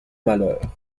malheurs